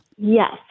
Yes